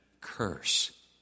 curse